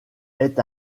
est